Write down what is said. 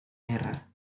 guerra